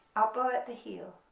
ah bow at the heel,